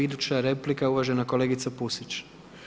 Iduća replika uvažena kolegica Pusić.